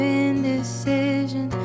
indecision